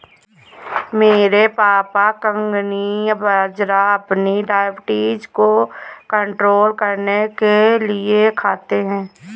मेरे पापा कंगनी बाजरा अपनी डायबिटीज को कंट्रोल करने के लिए खाते हैं